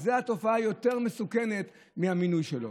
וזו תופעה יותר מסוכנת מהמינוי שלו.